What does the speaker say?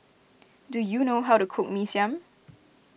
do you know how to cook Mee Siam